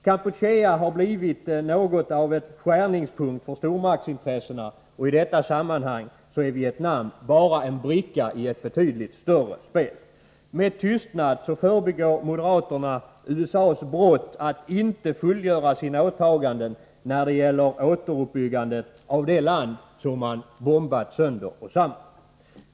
Kampuchea har blivit något av en skärningspunkt för stormaktsintressena, och i detta sammanhang är Vietnam bara en bricka i ett betydligt större spel. Med tystnad förbigår moderaterna USA:s brott att inte fullgöra sina åtaganden när det gäller återuppbyggandet av det land som man bombat sönder och samman.